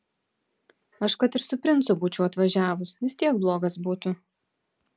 aš kad ir su princu būčiau atvažiavus vis tiek blogas būtų